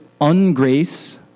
ungrace